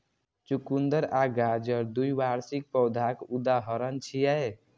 चुकंदर आ गाजर द्विवार्षिक पौधाक उदाहरण छियै